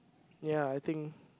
ya I think